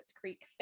Creek